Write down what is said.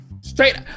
straight